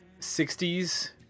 60s